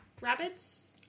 Rabbits